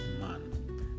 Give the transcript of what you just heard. man